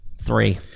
three